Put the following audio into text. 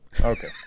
Okay